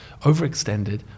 overextended